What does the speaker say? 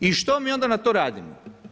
I što mi onda na to radimo?